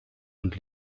und